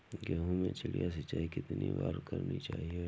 गेहूँ में चिड़िया सिंचाई कितनी बार करनी चाहिए?